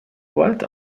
wort